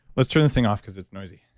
let's turn this thing off because it's noisy